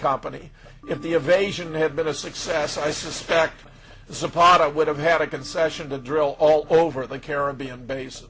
company if the invasion had been a success i suspect the pot i would have had a concession to drill all over the caribbean bas